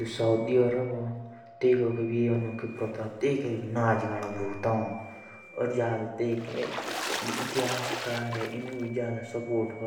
जस Saudi Arabia भी ह तो तेइको के संस्कृतियाद भी खुब अछि ह। तेइके भी नाच गाना खुब होन। ओर तेइके काफी व्याप लाईफ स्टाइल ह। ओफ ओर देश